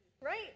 right